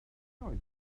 oeddet